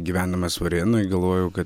gyvendamas varėnoj galvojau kad